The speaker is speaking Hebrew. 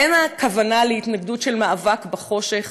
אין הכוונה להתנגדות של מאבק בחושך,